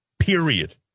period